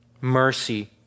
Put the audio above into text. Mercy